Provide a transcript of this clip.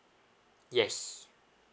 yes